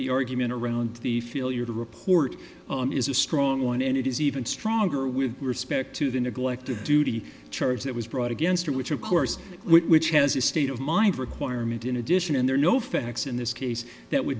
the argument around the feel you're to report on is a strong one and it is even stronger with respect to the neglect of duty charge that was brought against him which of course which has a state of mind requirement in addition and there are no facts in this case that w